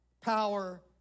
Power